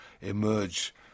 emerge